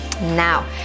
Now